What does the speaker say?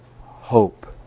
hope